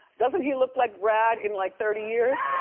doesn't he look like brad in like thirty years?